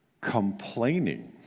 Complaining